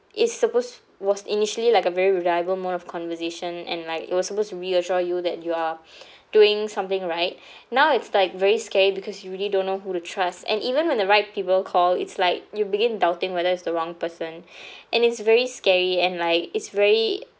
it's supposed was initially like a very reliable mode of conversation and like it was supposed to reassure you that you are doing something right now it's like very scary because you really don't know who to trust and even when the right people call it's like you begin doubting whether it's the wrong person and it's very scary and like it's very